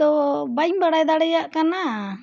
ᱛᱚ ᱵᱟᱹᱧ ᱵᱟᱲᱟᱭ ᱫᱟᱲᱮᱭᱟᱜ ᱠᱟᱱᱟ